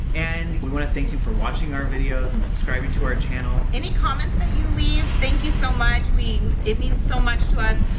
and we want to thank you for watching our videos and subscribing to our channel. any comments that you leave, thank you so much. it means so much to us.